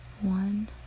One